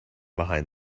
behind